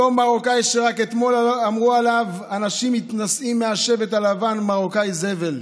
אותו מרוקאי שרק אתמול אמרו עליו אנשים מתנשאים מהשבט הלבן: מרוקאי זבל.